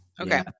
Okay